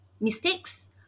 mistakes